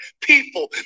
people